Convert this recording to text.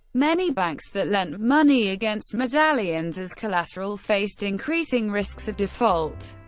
many banks that lent money against medallions as collateral faced increasing risks of default.